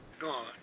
gone